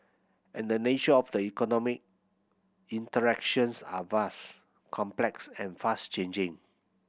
and the nature of the economy interactions are vast complex and fast changing